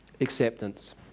acceptance